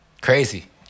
Crazy